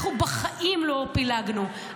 אנחנו בחיים לא פילגנו,